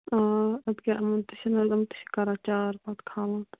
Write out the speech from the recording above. اَدٕ کیٛاہ تہِ چھُنا یِم تہِ چھِ کَران چار پتہٕ کھالان